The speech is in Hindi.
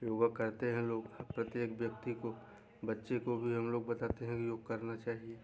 योगा करते हैं लोग प्रत्येक व्यक्ति को बच्चे को भी हम लोग बताते हैं योग करना चाहिए